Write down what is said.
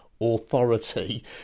authority